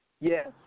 Yes